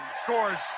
scores